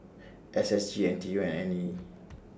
S S G N T U and I E